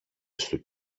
στου